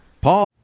Paul